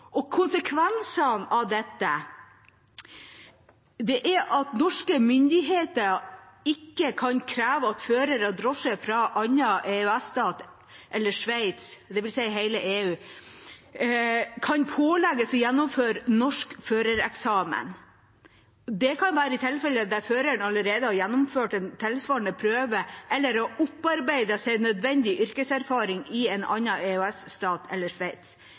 Konsekvensene av dette er at norske myndigheter ikke kan kreve at en fører av drosje fra andre EØS-stater eller Sveits, dvs. hele EU, kan pålegges å gjennomføre norsk førereksamen. Det kan være i tilfeller der føreren allerede har gjennomført en tilsvarende prøve eller opparbeidet seg nødvendig yrkeserfaring i en annen EØS-stat eller Sveits.